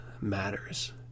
matters